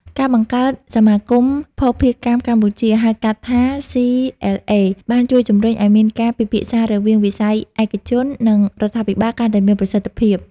ការបង្កើតសមាគមភស្តុភារកម្មកម្ពុជា ( ហៅកាត់ថា CLA) បានជួយជំរុញឱ្យមានការពិភាក្សារវាងវិស័យឯកជន និងរដ្ឋាភិបាលកាន់តែមានប្រសិទ្ធភាព។